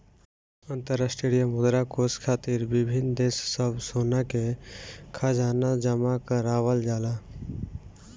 अंतरराष्ट्रीय मुद्रा कोष खातिर विभिन्न देश सब सोना के खजाना जमा करावल जाला